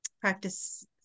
practice